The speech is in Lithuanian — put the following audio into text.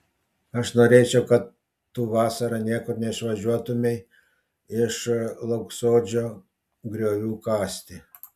aš norėčiau kad tu vasarą niekur neišvažiuotumei iš lauksodžio griovių kasti